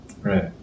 Right